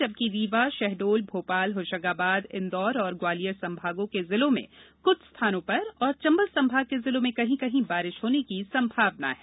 जबकि रीवा शहडोल भोपाल होशंगाबाद इन्दौर और ग्वालियर संभागों के जिलों में कुछ स्थानों पर और चंबल संभाग के जिलों में कहीं कहीं बारिश होने की संभावना है